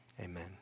Amen